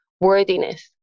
worthiness